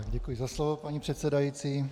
Děkuji za slovo, paní předsedající.